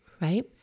right